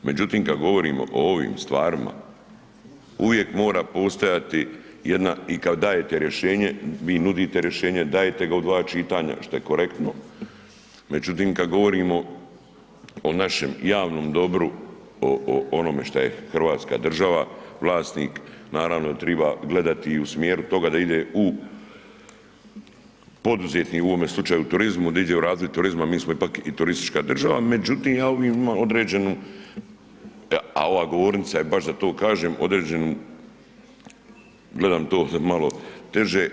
Međutim, kad govorimo o ovim stvarima, uvijek mora postojati jedna i kad dajete rješenje, vi nudite rješenje, dajete ga u dva čitanja što je korektno, međutim kad govorimo o našem javnom dobru, o onome što je Hrvatska država vlasnik, naravno triba gledati i u smjeru toga da ide u poduzetni u ovome slučaju turizmu, da ide u razvoj turizma mi smo ipak i turistička država, međutim ja ovdje imam određenu, a ova govornica je baš za to kažem, određen, gledam to malo teže.